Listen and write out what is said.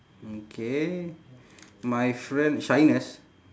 okay my friend shyness